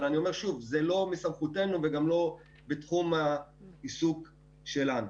אבל זה לא בסמכותנו וגם לא בתחום העיסוק שלנו.